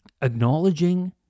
acknowledging